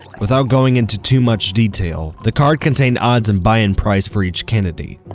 without going into too much detail, the card contained odds and buy-in price for each candidate.